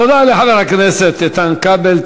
תודה לחבר הכנסת איתן כבל.